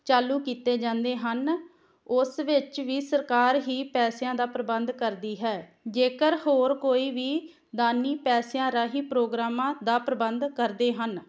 ਚਾਲੂ ਕੀਤੇ ਜਾਂਦੇ ਹਨ ਉਸ ਵਿੱਚ ਵੀ ਸਰਕਾਰ ਹੀ ਪੈਸਿਆਂ ਦਾ ਪ੍ਰਬੰਧ ਕਰਦੀ ਹੈ ਜੇਕਰ ਹੋਰ ਕੋਈ ਵੀ ਦਾਨੀ ਪੈਸਿਆਂ ਰਾਹੀਂ ਪ੍ਰੋਗਰਾਮਾਂ ਦਾ ਪ੍ਰਬੰਧ ਕਰਦੇ ਹਨ